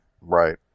Right